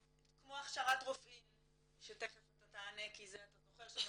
כמו הכשרת רופאים שתיכף אתה תענה כי זה אתה זוכר שזאת